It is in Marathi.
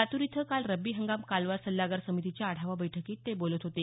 लातूर इथं काल रब्बी हंगाम कालवा सल्लागार समितीच्या आढावा बैठकीत ते बोलत होते